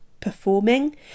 performing